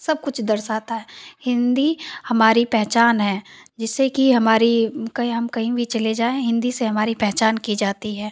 सब कुछ दर्शाता है हिन्दी हमारी पहचान हैं जिससे कि हमारी कही हम कहीं भी चले जाएँ हिन्दी से हमारी पहचान की जाती है